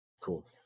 cool